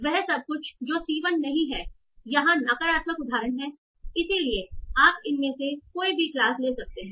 वह सब कुछ जो C 1 नहीं हैयहां नकारात्मक उदाहरण हैं इसलिए आप इनमें से कोई भी क्लास ले सकते हैं